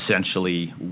essentially